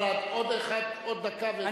אבל עוד דקה ו-20 שניות.